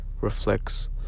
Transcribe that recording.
reflects